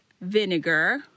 vinegar